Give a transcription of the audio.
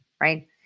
right